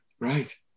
Right